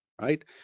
right